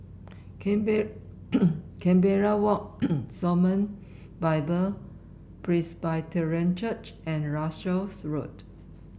Canberra Walk Shalom Bible Presbyterian Church and Russels Road